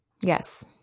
Yes